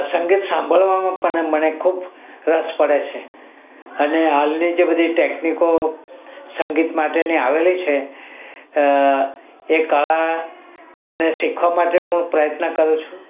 સંગીત સાંભળવામાં પણ મને ખૂબ રસ પડે છે અને હાલની જે બધી ટેકનિકો સંગીત માટેની આવેલી છે એ કળાને શીખવા માટે હું પ્રયત્ન કરું છું